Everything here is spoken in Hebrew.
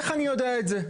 איך אני יודע את זה?